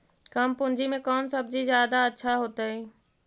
कम पूंजी में कौन सब्ज़ी जादा अच्छा होतई?